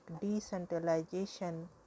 Decentralization